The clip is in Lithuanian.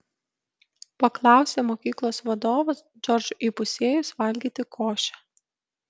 paklausė mokyklos vadovas džordžui įpusėjus valgyti košę